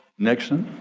nixon,